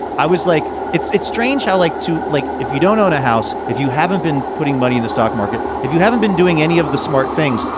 i was like, it's it's strange. i like to like, if you don't own a house, if you haven't been putting money in the stock market, if you haven't been doing any of the smart things.